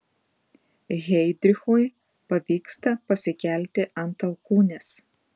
heidrichui pavyksta pasikelti ant alkūnės